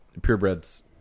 purebreds